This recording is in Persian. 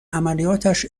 عملیاتش